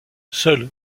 seuls